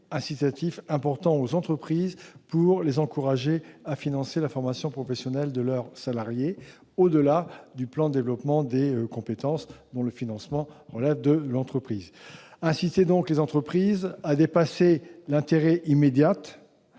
signe important aux entreprises pour les inciter à financer la formation professionnelle de leurs salariés, au-delà du plan de développement des compétences, dont le financement relève de ces entreprises. Il importe d'encourager les entreprises à dépasser l'intérêt